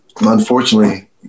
unfortunately